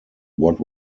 what